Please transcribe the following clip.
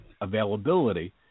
availability